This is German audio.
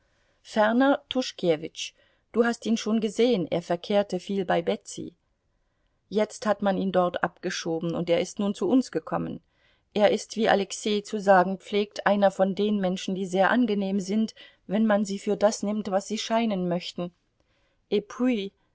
ferner tuschkewitsch du hast ihn schon gesehen er verkehrte viel bei betsy jetzt hat man ihn dort abgeschoben und er ist nun zu uns gekommen er ist wie alexei zu sagen pflegt einer von den menschen die sehr angenehm sind wenn man sie für das nimmt was sie scheinen möchten